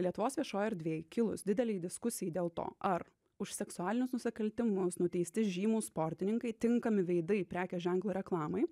lietuvos viešoj erdvėj kilus didelei diskusijai dėl to ar už seksualinius nusikaltimus nuteisti žymūs sportininkai tinkami veidai prekės ženklo reklamai